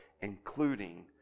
including